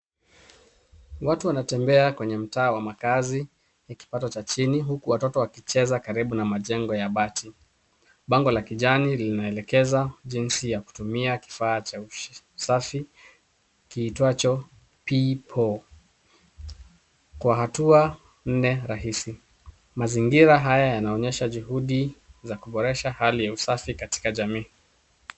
Watu wanatembea kwenye mtaa wa makazi ya kipato cha chini huku watoto wakicheza karibu na majengo ya bati. Bango la kijani linaelekeza jinsi ya kutumia kifaa cha usafi kiitwacho pipo kwa hatua nne rahisi. Mazingira haya yanaonyesha juhudi za kuboresha hali ya usafi katika jamii.